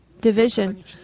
division